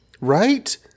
right